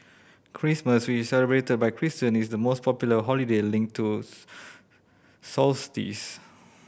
Christmas which celebrated by Christian is the most popular holiday linked to solstice